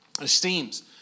esteems